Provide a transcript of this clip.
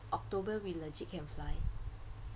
october we legit can fly